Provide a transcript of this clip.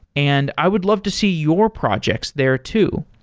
and i would love to see your projects there too.